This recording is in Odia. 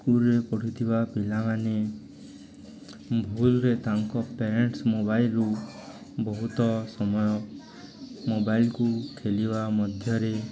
ସ୍କୁଲରେ ପଢ଼ୁଥିବା ପିଲାମାନେ ଭୁଲରେ ତାଙ୍କ ପ୍ୟାରେଣ୍ଟସ୍ ମୋବାଇଲରୁ ବହୁତ ସମୟ ମୋବାଇଲକୁ ଖେଳିବା ମଧ୍ୟରେ